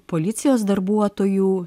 policijos darbuotojų